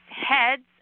heads